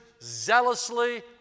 zealously